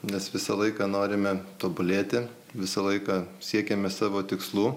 nes visą laiką norime tobulėti visą laiką siekiame savo tikslų